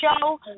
show